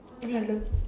hello